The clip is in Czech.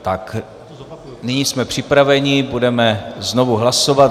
Tak, nyní jsme připraveni, budeme znovu hlasovat.